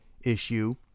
issue